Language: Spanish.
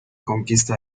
conquista